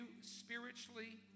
spiritually